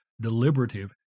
deliberative